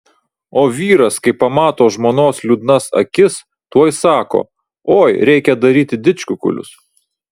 o vyras kai pamato žmonos liūdnas akis tuoj sako oi reikia daryti didžkukulius